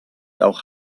auch